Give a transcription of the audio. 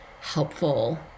helpful